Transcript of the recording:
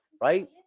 Right